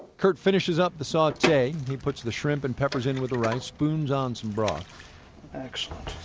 kurt finishes up the sautee. he puts the shrimp and peppers in with the rice, spoons on some broth excellent.